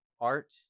art